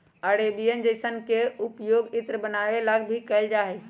Arabian jasmine के पउपयोग इत्र बनावे ला भी कइल जाहई